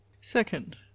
second